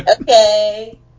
Okay